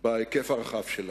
בהיקף הרחב שלה.